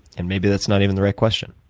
and maybe that's not even the right question.